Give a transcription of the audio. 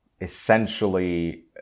essentially